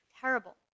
Terrible